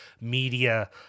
Media